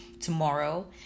tomorrow